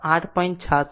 66 13